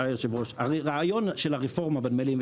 הרעיון של הרפורמה בנמלים,